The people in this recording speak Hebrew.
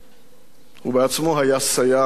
הוא בעצמו היה סייר ואיש מודיעין.